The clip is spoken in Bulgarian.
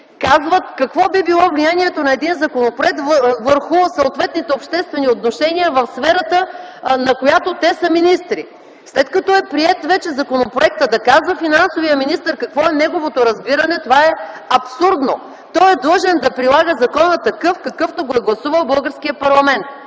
казват какво би било влиянието на един законопроект върху съответните обществени отношения, в сферата на която те са министри. След като е приет вече законопроектът, да казва финансовият министър какво е неговото разбиране, това е абсурдно. Той е длъжен да прилага закона такъв, какъвто го е гласувал българският парламент.